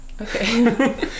okay